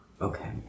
Okay